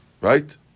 right